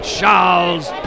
Charles